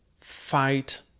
fight